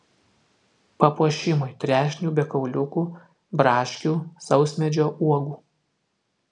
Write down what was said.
papuošimui trešnių be kauliukų braškių sausmedžio uogų